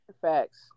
Facts